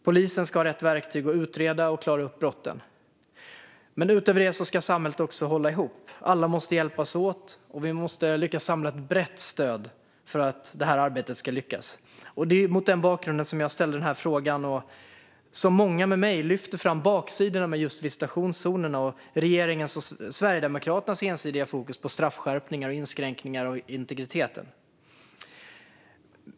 Polisen ska ha rätt verktyg för att utreda och klara upp brotten, men utöver det ska samhället också hålla ihop. Alla måste hjälpas åt, och vi måste samla ett brett stöd för att detta arbete ska lyckas. Det var mot denna bakgrund som jag ställde den här frågan. Många med mig lyfter fram baksidorna med visitationszonerna och regeringens och Sverigedemokraternas ensidiga fokus på straffskärpningar och inskränkningar av integriteten.